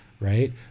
right